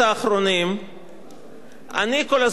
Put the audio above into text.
אני כל הזמן שואל את עצמי, אדוני היושב-ראש,